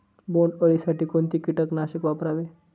बोंडअळी साठी कोणते किटकनाशक वापरावे?